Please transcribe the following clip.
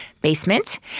basement